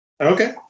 Okay